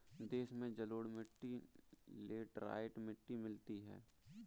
देश में जलोढ़ मिट्टी लेटराइट मिट्टी मिलती है